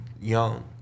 young